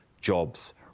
jobs